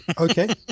Okay